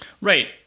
Right